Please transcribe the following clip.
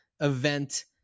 event